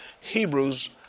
Hebrews